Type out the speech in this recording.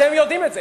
אתם יודעים את זה.